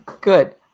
Good